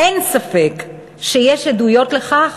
אין ספק שיש עדויות לכך,